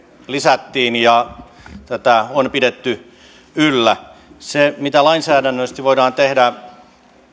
lisättiin ja tätä on pidetty yllä mitä lainsäädännöllisesti voidaan tehdä